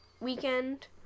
weekend